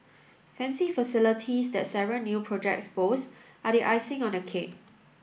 fancy facilities that several new projects boast are the icing on the cake